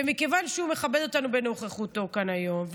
ומכיוון שהוא מכבד אותנו בנוכחותו כאן היום,